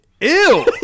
Ew